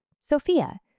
Sophia